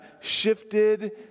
shifted